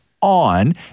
on